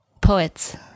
poets